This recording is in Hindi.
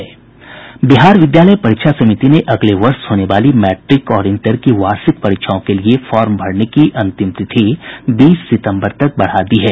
बिहार विद्यालय परीक्षा समिति ने अगले वर्ष हाने वाली मैट्रिक और इंटर की वार्षिक परीक्षाओं के लिये फार्म भरने की अंतिम तिथि बीस सितंबर तक बढ़ा दी है